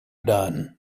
done